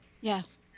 Yes